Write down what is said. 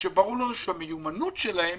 כאשר ברור לנו שהמיומנות שלהם